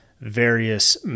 various